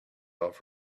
off